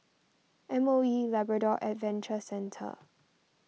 M O E Labrador Adventure Centre